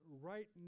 right